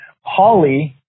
Holly